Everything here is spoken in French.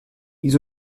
ils